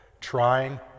Trying